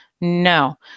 No